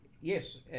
Yes